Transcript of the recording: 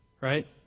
right